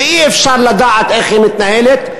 שאי-אפשר לדעת איך היא מתנהלת,